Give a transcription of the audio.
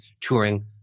touring